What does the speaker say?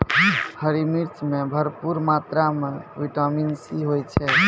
हरी मिर्च मॅ भरपूर मात्रा म विटामिन सी होय छै